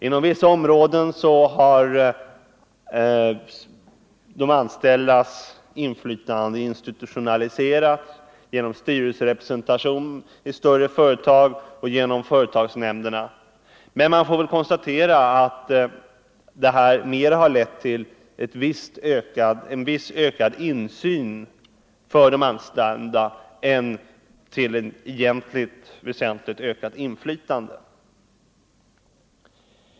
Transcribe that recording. Inom vissa områden har de anställdas inflytande institutionaliserats genom styrelserepresentation i större företag och genom företagsnämnderna, men man får väl konstatera att det mer har lett till en viss ökad insyn för de anställda än till ett egentligt, väsentligt ökat inflytande.